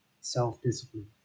self-discipline